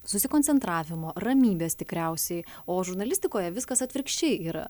susikoncentravimo ramybės tikriausiai o žurnalistikoje viskas atvirkščiai yra